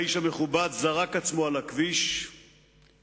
האיש המכובד זרק את עצמו על הכביש בהפגנתיות,